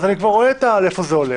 אני כבר יכול לראות לאן זה הולך.